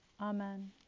Amen